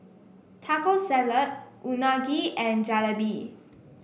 Taco Salad Unagi and Jalebi